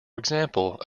example